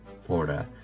Florida